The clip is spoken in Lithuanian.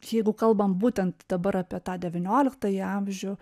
jeigu kalbam būtent dabar apie tą devynioliktąjį amžių